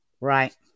Right